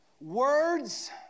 Words